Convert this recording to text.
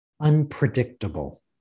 Unpredictable